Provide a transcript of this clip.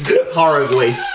horribly